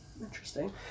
interesting